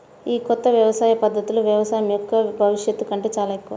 ఈ కొత్త వ్యవసాయ పద్ధతులు వ్యవసాయం యొక్క భవిష్యత్తు కంటే చాలా ఎక్కువ